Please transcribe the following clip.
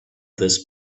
this